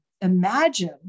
imagine